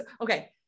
Okay